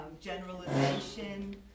generalization